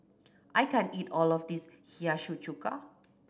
I can't eat all of this Hiyashi Chuka